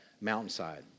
mountainside